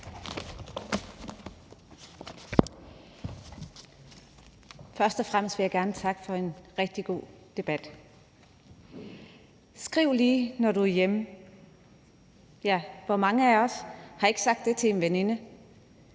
Først og fremmest vil jeg gerne takke for en rigtig god debat. Skriv lige, når du er hjemme. Ja, hvor mange af os har ikke sagt det til en veninde,